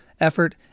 effort